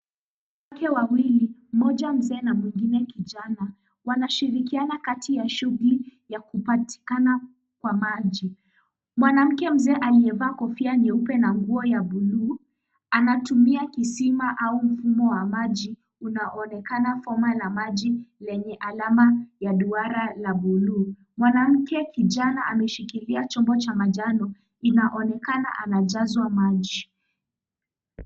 Wanawake wawili, mmoja mzee na mwingine kijana, wanashirikiana kati ya shughuli ya kupatikana kwa maji. Mwanamke mzee aliyevaa kofia nyeupe na nguo ya buluu anatumia kisima au mfumo wa maji unaoonekana foma la maji lenye alama ya duara la buluu. Mwanamke kijana ameshikilia chombo cha manjano inaonekana anajazwa maji.